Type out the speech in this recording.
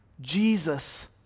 Jesus